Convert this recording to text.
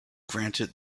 granted